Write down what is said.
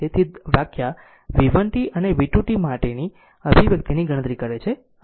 તેથી વ્યાખ્યા v1 t અને v 2 t માટેના અભિવ્યક્તિની ગણતરી કરે છે